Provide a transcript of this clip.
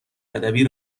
ادبی